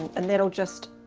and that'll just